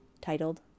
titled